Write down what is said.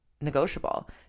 negotiable